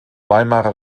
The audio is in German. weimarer